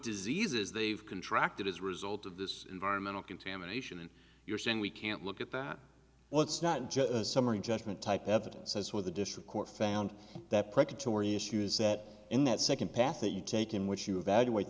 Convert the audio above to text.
diseases they've contracted as a result of this environmental contamination and you're saying we can't look at that well it's not just the summary judgment type evidence says what the district court found that predatory issues that in that second path that you take in which you evaluate